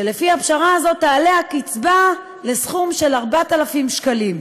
ולפי הפשרה הזאת תעלה הקצבה לסכום של 4,000 שקלים.